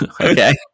Okay